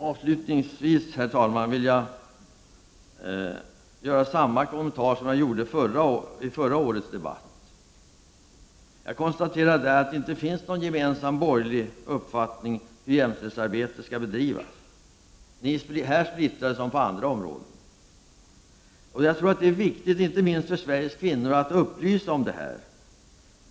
Avslutningsvis, herr talman, vill jag göra samma kommentar som jag gjorde i förra årets debatt. Jag konstaterar att det inte finns någon gemensam borgerlig uppfattning om hur jämställdhetsarbetet skall bedrivas. Ni är splittrade här som på andra områden. Det är viktigt — inte minst för Sveriges kvinnor — att upplysa om detta.